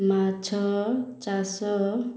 ମାଛ ଚାଷ